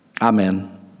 Amen